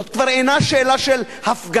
זו כבר אינה שאלה של הפגנה,